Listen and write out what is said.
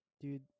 Dude